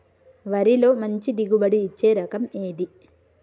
వరిలో మంచి దిగుబడి ఇచ్చే రకం ఏది?